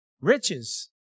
riches